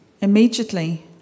Immediately